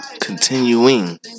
Continuing